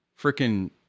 freaking